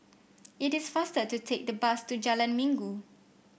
it is faster to take the bus to Jalan Minggu